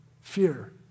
fear